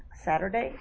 Saturday